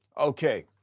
Okay